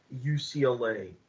UCLA